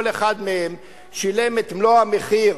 כל אחד מהם שילם את מלוא המחיר.